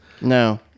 No